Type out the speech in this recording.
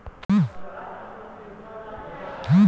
पटसन क इस्तेमाल मिस्र में खाए के खातिर करल जात रहल